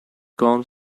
gone